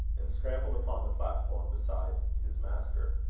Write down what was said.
and scrambled upon the platform beside his master.